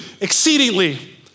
exceedingly